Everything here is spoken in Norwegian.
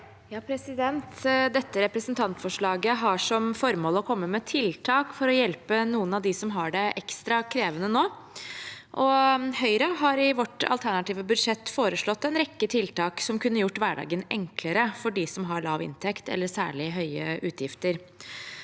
(H) Dette representant- forslaget har som formål å komme med tiltak for å hjelpe noen av dem som har det ekstra krevende nå. Høyre har i vårt alternative budsjett foreslått en rekke tiltak som kunne gjort hverdagen enklere for dem som har lav inntekt eller særlig høye utgifter.